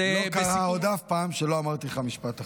עוד לא קרה אף פעם שלא אמרתי לך "משפט אחרון".